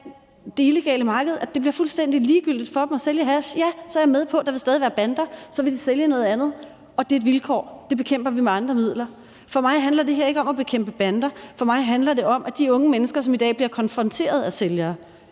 der betyder, at det bliver fuldstændig ligegyldigt for det illegale marked at sælge hash. Ja, så er jeg med på, at der stadig vil være bander; så vil de sælge noget andet. Det er et vilkår; det bekæmper vi med andre midler. For mig handler det her ikke om at bekæmpe bander. For mig handler det om de unge mennesker, som i dag bliver konfronteret af sælgere,